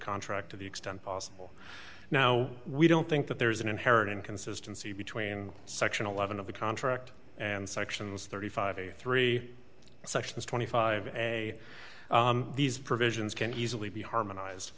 contract to the extent possible now we don't think that there is an inherent inconsistency between section eleven of the contract and sections three hundred and fifty three sections twenty five a these provisions can easily be harmonize